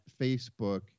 Facebook